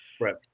Right